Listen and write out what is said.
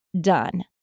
done